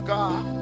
God